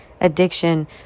addiction